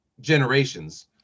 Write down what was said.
generations